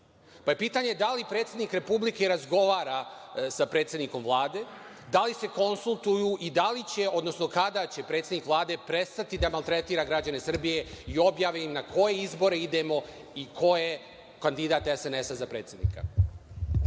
Pa, je pitanje da li predsednik Republike razgovara sa predsednikom Vlade? Da li se konsultuju i da li će, odnosno kada će predsednik Vlade prestati da maltretira građane Srbije i objavi im na koje izbore idemo i ko je kandidat SNS za predsednika?